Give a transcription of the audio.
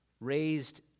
raised